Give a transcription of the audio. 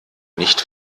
nicht